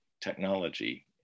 technology